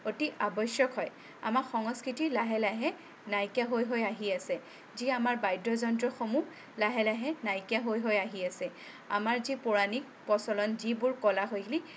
অতি আৱশ্যক হয় আমাৰ সংস্কৃতি লাহে লাহে নাইকিয়া হৈ হৈ আহি আছে যি আমাৰ বাদ্যযন্ত্ৰসমূহ লাহে লাহে নাইকিয়া হৈ হৈ আহি আছে আমাৰ যি পৌৰাণিক প্ৰচলন যিবোৰ কলা শৈলী